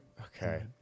Okay